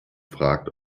fragt